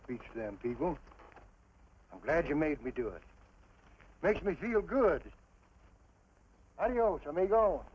speech then people i'm glad you made me do it makes me feel good i don't know if i may go